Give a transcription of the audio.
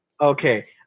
Okay